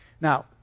Now